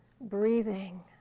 Breathing